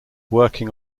working